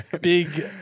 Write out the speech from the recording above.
big